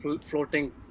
floating